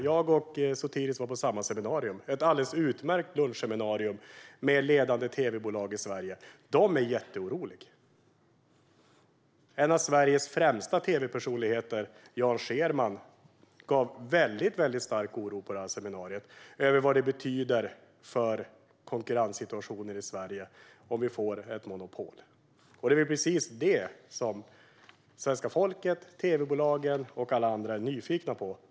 Jag och Sotiris var på samma seminarium, ett alldeles utmärkt lunchseminarium med ledande tv-bolag i Sverige. De är jätteoroliga. En av Sveriges främsta tv-personligheter, Jan Scherman, gav på detta seminarium uttryck för väldigt stark oro över vad det betyder för konkurrenssituationen i Sverige om vi får ett monopol. Det är precis det som svenska folket, tv-bolagen och alla andra är nyfikna på.